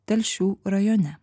telšių rajone